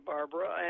Barbara